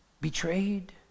betrayed